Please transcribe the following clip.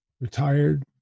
retired